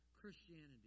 Christianity